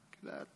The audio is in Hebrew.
כמה זמן יש לך?